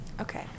Okay